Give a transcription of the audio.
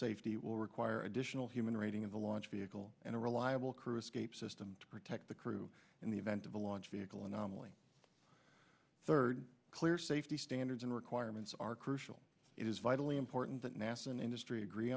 safety it will require additional human rating of the launch vehicle and a reliable crew escape system to protect the crew in the event of a launch vehicle anomaly third clear safety standards and requirements are crucial it is vitally important that nasa and industry agree